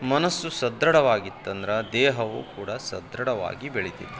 ಮನಸ್ಸು ಸದೃಢವಾಗಿತ್ತಂದ್ರೆ ದೇಹವೂ ಕೂಡ ಸದೃಢವಾಗಿ ಬೆಳಿತೈತಿ